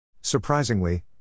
Surprisingly